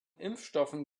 impfstoffen